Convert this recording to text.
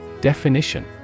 Definition